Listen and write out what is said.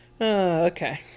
Okay